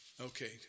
Okay